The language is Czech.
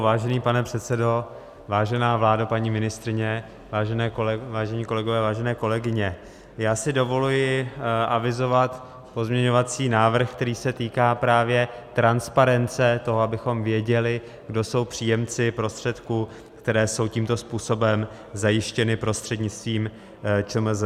Vážený pane předsedo, vážená vládo, paní ministryně, vážení kolegové, vážené kolegyně, já si dovoluji avizovat pozměňovací návrh, který se týká právě transparence toho, abychom věděli, kdo jsou příjemci prostředků, které jsou tímto způsobem zajištěny prostřednictvím ČMRZB.